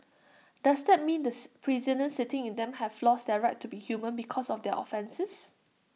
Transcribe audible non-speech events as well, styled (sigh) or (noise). does that mean the (unintelligible) prisoners sitting in them have lost their right to be human because of their offences